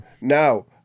Now